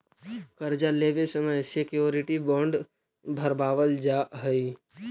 कर्जा लेवे समय श्योरिटी बॉण्ड भरवावल जा हई